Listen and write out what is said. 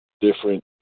different